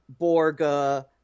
Borga